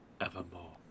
Evermore